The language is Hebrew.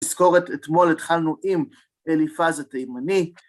תזכורת, אתמול התחלנו עם אליפז התימני.